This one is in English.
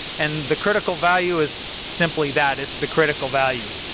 and the critical value is simply that, it's the critical value.